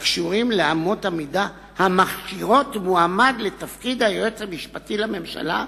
"הקשורים לאמות המידה המכשירות מועמד לתפקיד היועץ המשפטי לממשלה,